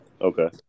Okay